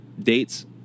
Dates